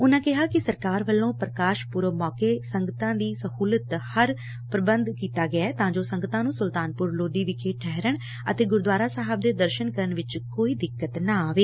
ਉਨੂਂ ਕਿਹਾ ਕਿ ਸਰਕਾਰ ਵਲੋਂ ਪ੍ਰਕਾਸ਼ ਪੁਰਬ ਮੌਕੇ ਸੰਗਤਾਂ ਦੀ ਸਹੁਲਤ ਹਰ ਪ੍ਰਬੰਧ ਕੀਤਾ ਗਿਐ ਤਾਂ ਜੋ ਸੰਗਤਾਂ ਨੂੰ ਸੁਲਤਾਨਪੁਰ ਲੋਧੀ ਵਿਖੇ ਠਹਿਰਣ ਅਤੇ ਗੁਰਦੁਆਰਾ ਸਾਹਿਬ ਦੇ ਦਰਸਨ ਕਰਨ ਵਿਚ ਕੋਈ ਦਿੱਕਤ ਨਾ ਆਵੇ